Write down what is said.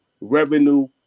revenue